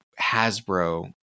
hasbro